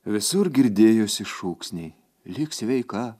visur girdėjosi šūksniai lik sveika